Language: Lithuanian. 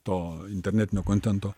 to internetinio kontento